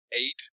eight